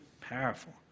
Powerful